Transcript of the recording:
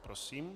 Prosím.